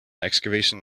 excavation